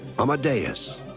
Amadeus